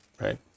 right